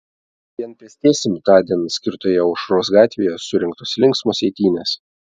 vien pėstiesiems tądien skirtoje aušros gatvėje surengtos linksmos eitynės